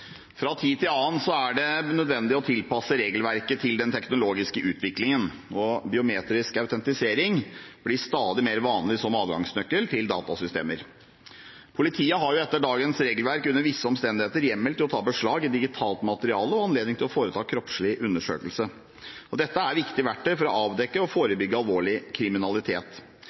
Fra tid til annen er det nødvendig å tilpasse regelverket til den teknologiske utviklingen. Biometrisk autentisering blir stadig mer vanlig som adgangsnøkkel til datasystemer. Politiet har etter dagens regelverk under visse omstendigheter hjemmel til å ta beslag i digitalt materiale og anledning til å foreta kroppslig undersøkelse. Dette er viktige verktøy for å avdekke og forebygge alvorlig kriminalitet.